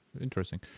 interesting